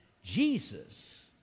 Jesus